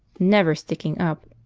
never sticking up.